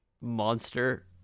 monster